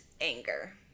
anger